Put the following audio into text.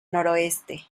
noroeste